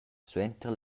suenter